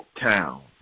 town